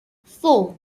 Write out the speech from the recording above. four